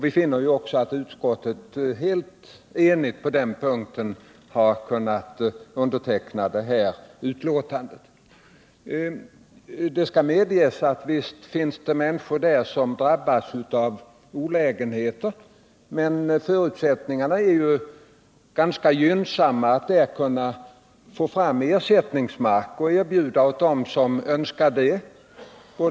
Vi finner också att ett på den punkten helt enigt utskott har kunnat avge föreliggande betänkande. Jag kan medge att det finns människor i området som drabbas av olägenheter. Men förutsättningarna för att där få fram ersättningsmark att erbjuda dem som så önskar är ganska gynnsamma.